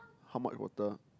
how much water